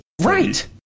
Right